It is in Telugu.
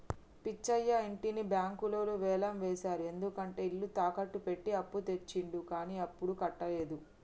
పిచ్చయ్య ఇంటిని బ్యాంకులు వేలం వేశారు ఎందుకంటే ఇల్లు తాకట్టు పెట్టి అప్పు తెచ్చిండు కానీ అప్పుడు కట్టలేదు